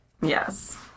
Yes